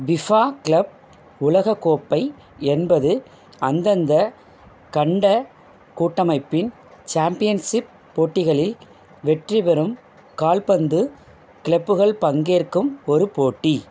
FIFA club உலகக் கோப்பை என்பது அந்தந்த கண்ட கூட்டமைப்பின் சாம்பியன்ஷிப் போட்டிகளில் வெற்றி பெறும் கால்பந்து க்ளப்புகள் பங்கேற்கும் ஒரு போட்டி